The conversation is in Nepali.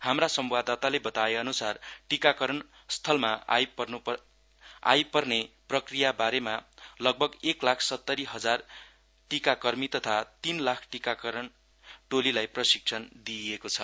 हाम्रा सम्वाददाताले बताएअनुसार टीकाकरण स्थलमा अपनाइनुपर्ने प्रक्रियाबारेमा लगभग एक लाख सत्तरीहजार टीकाकर्मी तथा तीन लाख टीकाकरण टोलीलाई प्रशिक्षण दिइएको छ